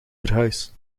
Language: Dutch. verhuis